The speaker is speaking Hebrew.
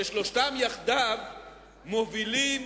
ששלושתם יחדיו מובילים